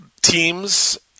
teams